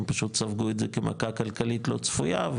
הם פשוט ספגו את זה כמכה כלכלית לא צפויה,